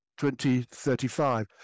2035